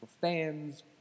fans